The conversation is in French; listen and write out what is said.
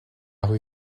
rue